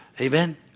amen